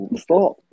Stop